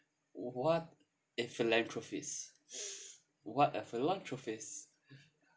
what a philanthropist what a philanthropist